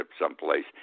someplace